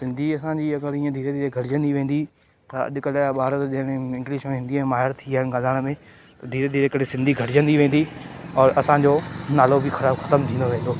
सिंधी असांजी अगरि ईअं धीरे धीरे घटिजंदी वेंदी त अॼुकल्ह जा ॿार त जहिड़े इंग्लिश ऐं हिंदीअ में माहिर थी विया आहिनि ॻाल्हाइण में धीरे धीरे करे सिंधी घटिजंदी वेंदी और असांजो नालो बि खतमु थींदो वेंदो